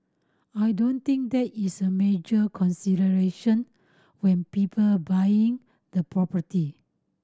I don't think that is a major consideration when people buy the property